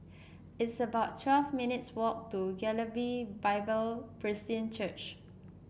it's about twelve minutes' walk to Galilee Bible Presbyterian Church